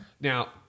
Now